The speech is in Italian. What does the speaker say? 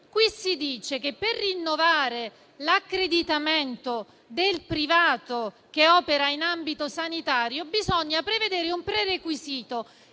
Qui si dice che per rinnovare l'accreditamento del privato che opera in ambito sanitario bisogna prevedere un prerequisito,